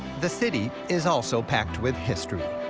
the city is also packed with history.